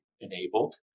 enabled